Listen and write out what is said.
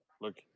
Look